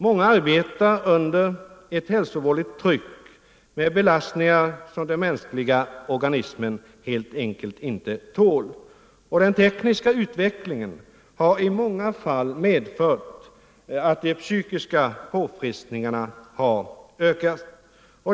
Många arbetar under ett hälsovådligt tryck med belastningar som den mänskliga organismen helt enkelt inte tål. Den tekniska utvecklingen har i många fall medfört att de psykiska påfrestningarna har ökat.